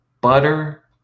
Butter